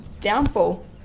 downfall